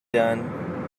done